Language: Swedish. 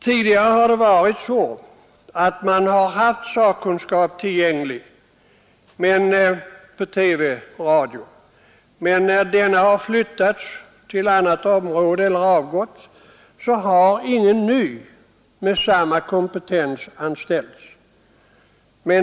Tidigare har Sveriges Radio haft sakkunskap tillgänglig, men när den har flyttats till andra områden eller avgått så har ingen ny med samma kompetens anställts.